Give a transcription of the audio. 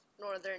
northern